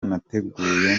nateguye